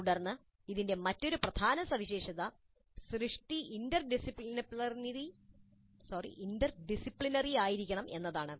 തുടർന്ന് ഇതിന്റെ മറ്റൊരു പ്രധാന സവിശേഷത സൃഷ്ടി ഇന്റർഡിസിപ്ലിനറി ആയിരിക്കണം എന്നതാണ്